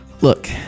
look